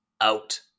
out